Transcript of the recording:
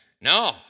No